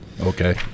Okay